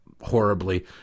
horribly